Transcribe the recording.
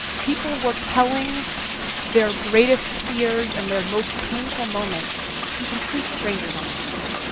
people were telling their greatest fears and their most painful moments to complete strangers on the internet.